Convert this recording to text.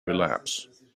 relapse